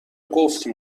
قفل